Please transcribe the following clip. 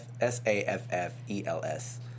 S-A-F-F-E-L-S